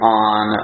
on